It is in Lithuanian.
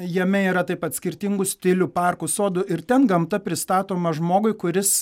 jame yra taip pat skirtingų stilių parkų sodų ir ten gamta pristatoma žmogui kuris